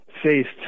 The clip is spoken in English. Faced